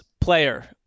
player